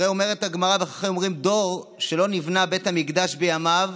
הרי אומרת הגמרא ואומרים החכמים: דור שלא נבנה בית המקדש בימיו